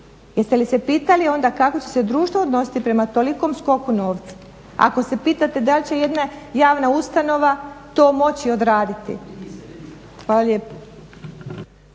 Jeste li se pitali kako će se društvo odnositi prema tolikom skoku novca? Ako se pitate da li će jedna javna ustanova to moći odraditi. Hvala lijepa.